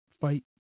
fight